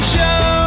Show